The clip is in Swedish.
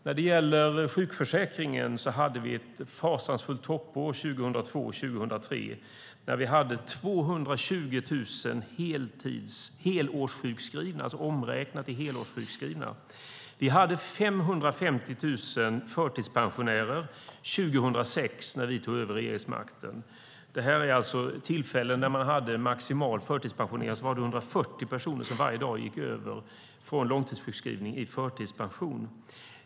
När det gäller sjukförsäkringen hade vi ett fasansfullt toppår 2002-2003 då vi hade 220 000 helårssjukskrivna, alltså omräknat till helårssjukskrivna. Vi hade 550 000 förtidspensionärer 2006 när vi tog över regeringsmakten. Vid de tillfällen då man hade maximal förtidspensionering gick 140 personer varje dag över från långtidssjukskrivning till förtidspension.